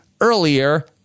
earlier